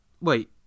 Wait